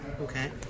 okay